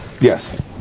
Yes